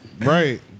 Right